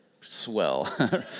swell